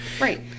Right